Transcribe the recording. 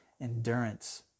endurance